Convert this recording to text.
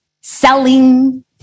selling